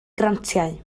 grantiau